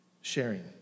Sharing